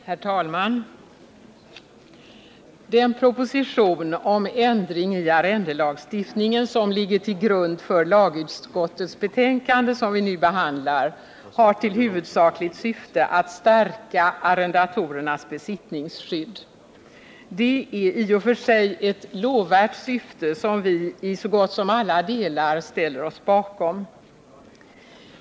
Herr talman! Den proposition om ändring i arrendelagstiftningen som ligger till grund för det lagutskottsbetänkande som vi nu behandlar har till huvudsakligt syfte att stärka arrendatorernas besittningsskydd. Det är i och för sig ett lovvärt syfte, som vi i så gott som alla delar ställer oss bakom.